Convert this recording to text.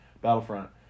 Battlefront